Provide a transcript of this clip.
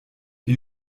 wir